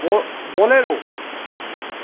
bolero